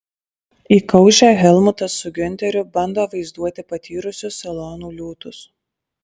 įkaušę helmutas su giunteriu bando vaizduoti patyrusius salonų liūtus